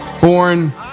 born